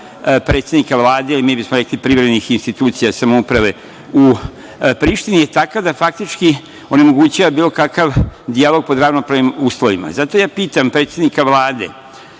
predsednika vlade, a mi bismo rekli privremenih institucija samouprave u Prištini, je takav da faktički onemogućava bilo kakav dijalog pod ravnopravnim uslovima. Zato ja pitam predsednika Vlade,